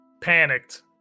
panicked